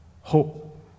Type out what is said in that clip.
hope